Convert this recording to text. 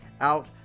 out